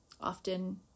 often